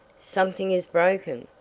something is broken!